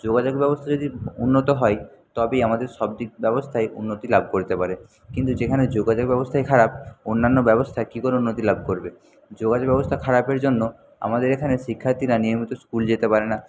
যোগাযোগ ব্যবস্থা যদি উন্নত হয় তবেই আমাদের সব দিক ব্যবস্থাই উন্নতি লাভ করতে পারে কিন্তু যেখানে যোগাযোগ ব্যবস্থাই খারাপ অন্যান্য ব্যবস্থা কি করে উন্নতি লাভ করবে যোগাযোগ ব্যবস্থা খারাপের জন্য আমাদের এখানে শিক্ষার্থীরা নিয়মিত স্কুল যেতে পারে না